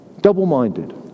Double-minded